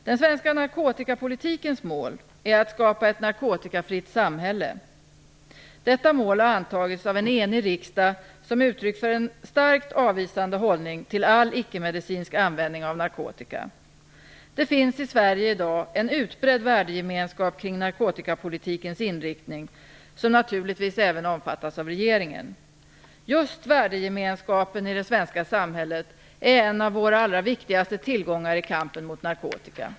Den svenska narkotikapolitikens mål är att skapa ett narkotikafritt samhälle. Detta mål har antagits av en enig riksdag som uttryck för en starkt avvisande hållning till all icke-medicinsk användning av narkotika. Det finns i Sverige i dag en utbredd värdegemenskap kring narkotikapolitikens inriktning som naturligtvis även omfattas av regeringen. Just värdegemenskapen i det svenska samhället är en av våra allra viktigaste tillgångar i kampen mot narkotika.